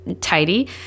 tidy